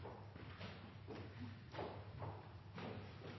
Orten